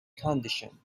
condition